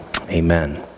Amen